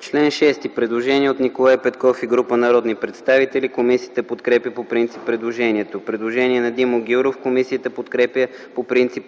14 има предложение на Николай Петков и група народни представители. Комисията подкрепя по принцип предложението. Предложение на Христо Бисеров. Комисията подкрепя по принцип